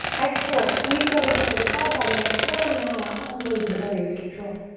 exhale, squeeze the elbows into the side body and slowly lower all the way to the belly with control.